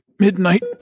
Midnight